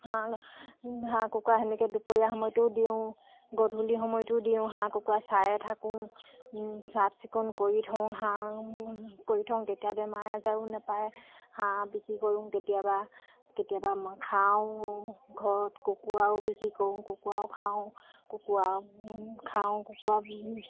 হাঁহ হাঁহ কুকুৰা সেনেকে দুপৰীয়া সময়তো দিওঁ গধূলি সময়তো দিওঁ হাঁহ কুকুৰা চায়ে থাকোঁ চাফ চিকুণ কৰি থওঁ হাঁহ কৰি থওঁ তেতিয়া বেমাৰ আজাৰেও নাপায় হাঁহ বিক্ৰী কৰোঁ কেতিয়াবা কেতিয়াবা খাওঁও ঘৰত কুকুৰাও বিক্ৰী কৰোঁ কুকুৰাও খাওঁ কুকুৰাও খওঁ কুকুৰা